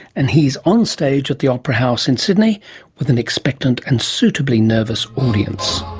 and he's onstage at the opera house in sydney with an expectant and suitably nervous audience.